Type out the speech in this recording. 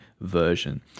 version